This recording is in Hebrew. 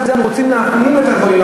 שאנחנו רוצים להפנים את הדברים,